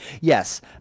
Yes